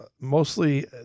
mostly